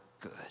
good